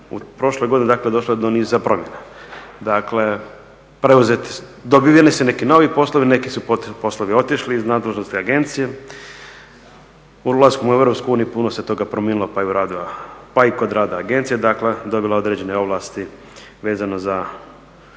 U prošloj godini dakle došlo je do niza promjena, dakle dobiveni su neki novi poslovi, neki su poslovi otišli iz nadležnosti agencije. Ulaskom u Europsku uniju puno se toga promijenilo, pa i kod rada agencije, dakle dobila je određene ovlasti vezano za